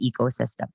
ecosystem